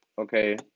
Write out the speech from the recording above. Okay